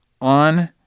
on